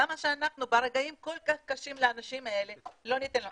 למה שאנחנו ברגעים הכל כך קשים לאנשים האלה לא ניתן להם.